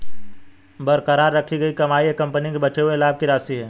बरकरार रखी गई कमाई एक कंपनी के बचे हुए लाभ की राशि है